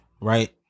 right